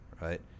Right